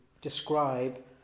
describe